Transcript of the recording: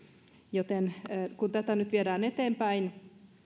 joten kun tätä nyt viedään eteenpäin